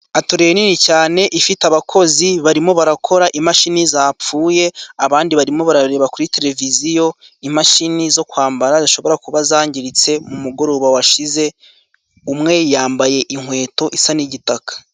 Atoriye nini cyane ifite abakozi barimo barakora imashini zapfuye, abandi barimo barareba kuri televiziyo imashini zo kwambara zishobora kuba zangiritse mu mugoroba washize, umwe yambaye inkweto isa n'igitaka.